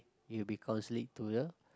you will be counselling to the